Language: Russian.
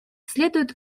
следует